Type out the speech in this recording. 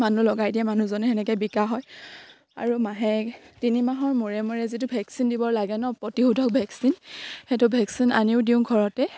মানুহ লগাই দিয়ে মানুহজনে এনেকে বিকা হয় আৰু মাহে তিনি মাহৰ মূৰে মূৰে যিটো ভেকচিন দিব লাগে ন প্ৰতিশোধক ভেকচিন সেইটো ভেকচিন আনিও দিওঁ ঘৰতে